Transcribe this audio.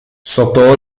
sotto